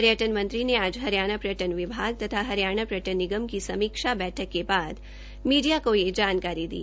पर्यटन मंत्री ने आज हरियाणा पर्यटन विभाग तथा हरियाणा पर्यटन निगम की समीक्षा बैठक के बाद मीडिया को यह जानकारी दी